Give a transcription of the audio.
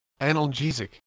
analgesic